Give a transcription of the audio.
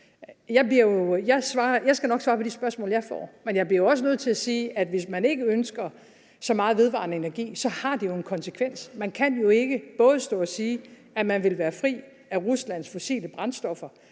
Jeg skal nok svare på de spørgsmål, jeg får, men jeg bliver også nødt til at sige, at hvis man ikke ønsker så meget vedvarende energi, har det jo en konsekvens; man kan jo ikke både stå at sige, at man vil være fri af Ruslands fossile brændstoffer,